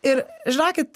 ir žinokit